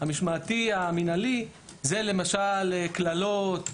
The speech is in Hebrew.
המשמעתי-מנהלי זה קללות,